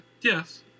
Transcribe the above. Yes